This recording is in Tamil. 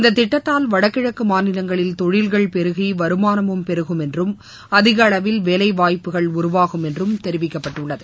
இந்த திட்டத்தால் வடகிழக்கு மாநிலங்களில் தொழில்கள் பெருகி வருமானமும் பெருகும் என்றும் அதிகளவில் வேலைவாய்ப்புகள் உருவாகும் என்றும் தெரிவிக்கப்பட்டுள்ளது